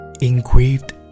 engraved